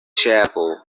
chapel